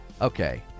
Okay